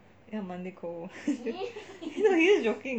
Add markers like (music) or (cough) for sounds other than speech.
ya monday koh (laughs) you know he's just joking